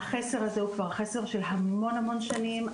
החסר הזה הוא כבר חסר של המון המון שנים,